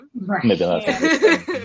Right